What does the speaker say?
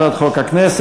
הצעת חוק הכנסת.